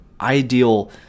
ideal